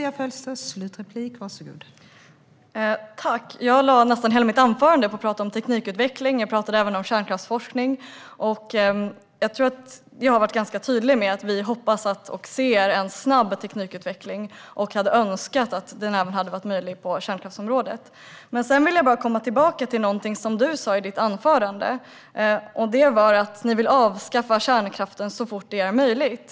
Fru talman! Jag ägnade nästan hela mitt huvudanförande åt att tala om teknikutveckling. Jag talade även om kärnkraftsforskning. Jag var nog ganska tydlig med att vi hoppas och ser en snabb teknikutveckling, och vi hade önskat att den även hade varit möjlig på kärnkraftsområdet. Jag vill återkomma till något som Birger Lahti sa i sitt anförande, nämligen att ni vill avskaffa kärnkraften så fort det är möjligt.